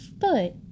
foot